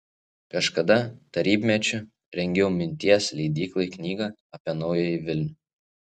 kažkada tarybmečiu rengiau minties leidyklai knygą apie naująjį vilnių